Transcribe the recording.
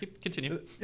Continue